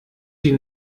die